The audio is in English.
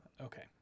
Okay